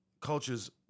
cultures